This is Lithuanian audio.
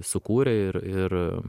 sukūrė ir ir